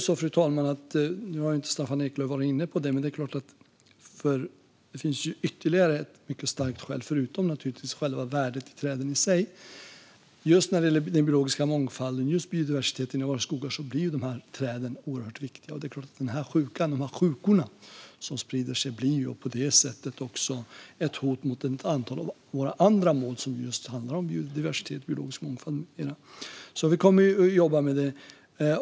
Staffan Eklöf har inte varit inne på det, men det är klart att det förutom själva värdet i träden i sig finns ytterligare ett mycket starkt skäl. Just när det gäller den biologiska mångfalden och biodiversiteten i våra skogar blir träden oerhört viktiga. När de här sjukorna sprider sig blir de ett hot också mot ett antal av våra andra mål som handlar om just biodiversitet, biologisk mångfald med mera. Vi kommer att jobba med det.